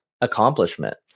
accomplishment